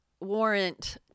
Warrant